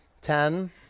Ten